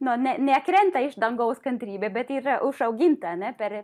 nu ne nekrenta iš dangaus kantrybė bet yra užauginta ar ne per